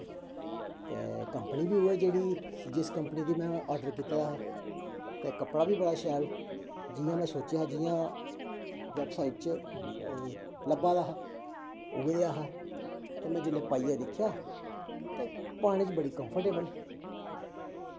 ते कंपनी बी उऐ जेह्ड़ी जिस कंपनी दा में आर्डर कीता दा हा ते कपड़ा बी बड़ा शैल जियां में सोचेआ हा जियां वेबसाइट च लब्भा दा हा उऐ जेहा हा ते में जेल्लै पाइयै दिक्खेआ ते पाने च बड़ी कंफर्टेबल